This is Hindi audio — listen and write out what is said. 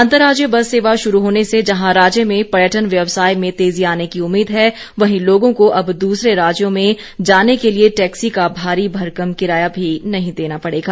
अंतर्राज्यीय बस सेवा शुरू होने से जहां राज्य में पर्यटन व्यवसाय में तेजी आने की उम्मीद है वहीं लोगों को अब दूसरे राज्यों में जाने के लिए टैक्सी का भारी भरकम किराया भी नहीं देना पड़ेगा